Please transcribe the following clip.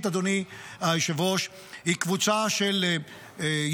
שלישית, אדוני היושב-ראש, היא קבוצה של יישובים,